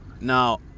now